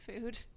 food